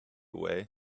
away